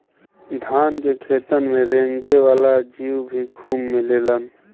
धान के खेतन में रेंगे वाला जीउ भी खूब मिलेलन